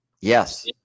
Yes